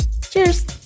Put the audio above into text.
Cheers